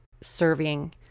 serving